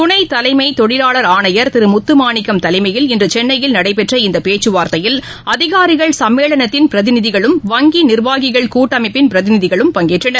துணைதலைமைதொழிலாளர் ஆணையர் திருமுத்துமாணிக்கம் தலைமையில் இன்றுசென்னையிலநடைபெற்ற இந்தபேச்சுவார்த்தையில் அதிகாரிகள் சும்மேளனத்தின் பிரதிநிதிகளும் வங்கிநிர்வாகிகள் கூட்டமைப்பின் பிரதிநிதிகளும் பங்கேற்றனர்